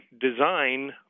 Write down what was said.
design